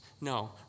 No